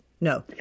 No